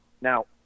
now